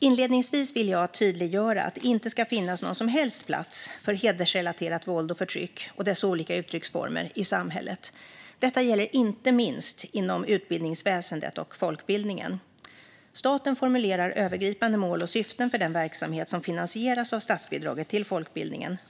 Inledningsvis vill jag tydliggöra att det inte ska finnas någon som helst plats för hedersrelaterat våld och förtryck och dess olika uttrycksformer i samhället. Detta gäller inte minst inom utbildningsväsendet och folkbildningen. Staten formulerar övergripande mål och syften för den verksamhet som finansieras av statsbidraget till folkbildningen.